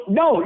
no